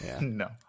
No